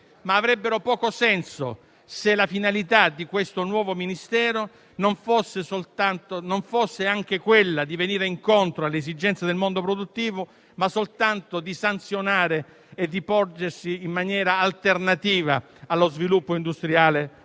ma avrebbero poco senso se la finalità del nuovo Ministero non fosse anche quella di venire incontro alle esigenze del mondo produttivo, ma fosse soltanto di sanzionare e di porgersi in maniera alternativa allo sviluppo industriale